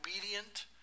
obedient